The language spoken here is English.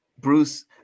Bruce